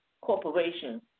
corporation